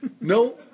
No